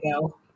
go